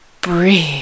breathe